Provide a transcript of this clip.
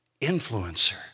Influencer